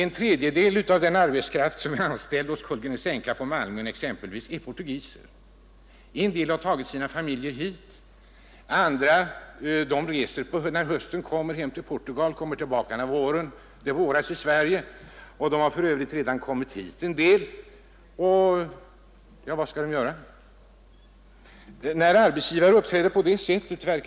En tredjedel av den arbetskraft som är anställd exempelvis hos Kullgrens Enka på Malmön är portugiser. En del av dem har tagit hit sina familjer. En del reser när hösten kommer till Portugal och kommer tillbaka när det våras i Sverige. En del har för övrigt redan kommit hit. Vad skall de nu göra? Det är mer än underligt när arbetsgivare uppträder på detta sätt.